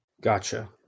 Gotcha